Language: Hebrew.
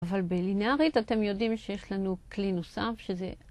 אבל בלינארית אתם יודעים שיש לנו כלי נוסף שזה...